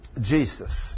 Jesus